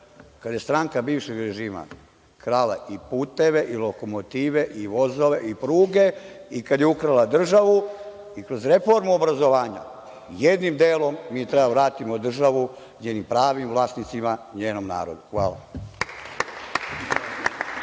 kada je stranka bivšeg režima krala i puteve i lokomotive i vozove i pruge i kada je ukrala državu, i kroz reformu obrazovanja, jednim delom mi treba da vratimo državu njenim pravim vlasnicima, njenom narodu. Hvala.